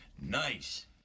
Nice